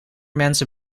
mensen